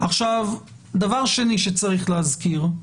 דבר שני שצריך להזכיר,